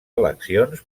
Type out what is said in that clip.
eleccions